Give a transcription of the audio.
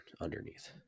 underneath